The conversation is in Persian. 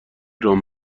رام